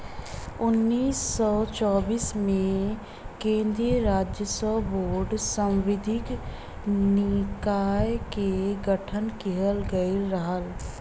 उन्नीस सौ चौबीस में केन्द्रीय राजस्व बोर्ड सांविधिक निकाय क गठन किहल गयल रहल